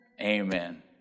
Amen